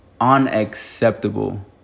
unacceptable